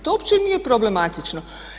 To uopće nije problematično.